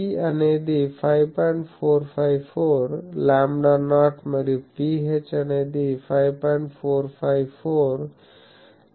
454 lambda naught మరియు Ph అనేది 5